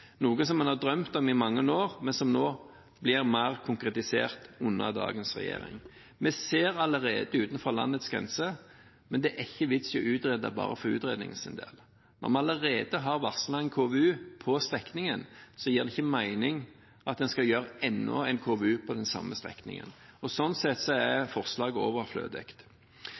noe som en har drømt om i mange år, men som nå blir mer konkretisert under dagens regjering. Vi ser allerede utenfor landets grenser, men det er ikke vits i å utrede bare for utredningens del. Når vi allerede har varslet en KVU for strekningen, gir det ikke mening at en skal ha enda en KVU for den samme strekningen. Slik sett er forslaget overflødig.